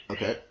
Okay